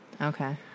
Okay